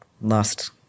lost